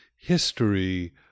history